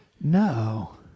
No